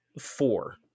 four